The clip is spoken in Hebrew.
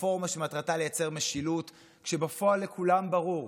רפורמה שמטרתה לייצר משילות, כשבפועל לכולם ברור: